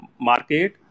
market